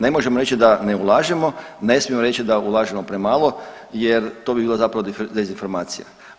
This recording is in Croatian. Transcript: Ne možemo reći da ne ulažemo, ne smijemo reći da ulažemo premalo, jer to bi bila zapravo dezinformacija.